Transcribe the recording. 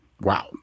Wow